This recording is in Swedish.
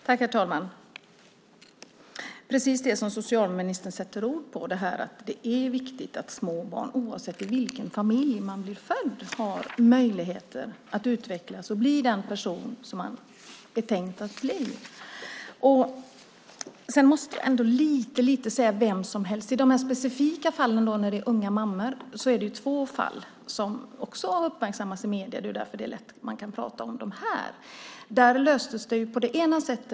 Herr talman! Det gäller precis det som socialministern sätter ord på, att det är viktigt att ett litet barn oavsett i vilken familj man blir född har möjligheter att utvecklas och bli den person som man är tänkt att bli. Sedan måste jag ändå lite kommentera "vem som helst". Det är två specifika fall med unga mammor som också har uppmärksammats i medierna, och det är därför det är lätt att prata om dem här. Det löstes i det ena fallet med mormor.